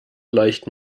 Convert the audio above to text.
leicht